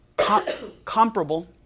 comparable